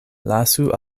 lasu